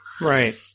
Right